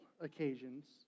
occasions